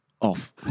off